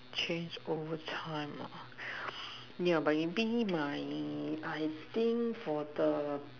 change over time yeah but you think my I think for the